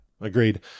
agreed